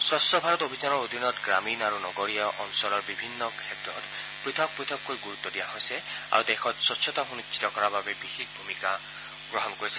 স্বচ্ছ ভাৰত অভিযানৰ অধীনত গ্ৰামীণ আৰু নগৰীয়া অঞ্চলৰ বিভিন্ন ক্ষেত্ৰত পথক পৃথককৈ গুৰুত্ব দিয়া হৈছে আৰু দেশত স্ক্ছতা সুনিশ্চিত কৰাৰ বাবে বিশেষ ভূমিকা গ্ৰহণ কৰিছে